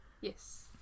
Yes